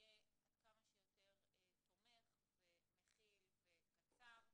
יהיה עד כמה שיותר תומך ומכיל וקצר.